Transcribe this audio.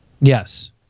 yes